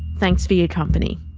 thanks for your company